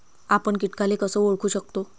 आपन कीटकाले कस ओळखू शकतो?